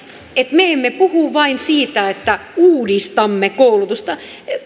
me emme puhu vain siitä että uudistamme koulutusta